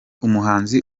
umuhanzi